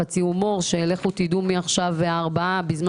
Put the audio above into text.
חצי הומור - לכו תדעו מי עכשיו הארבעה שבזמן